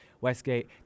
Westgate